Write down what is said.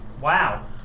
Wow